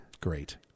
Great